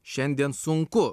šiandien sunku